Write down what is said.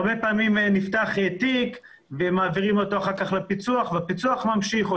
הרבה פעמים נפתח תיק ומעבירים אותו אחר כך לפיצו"ח והפיצו"ח ממשיך או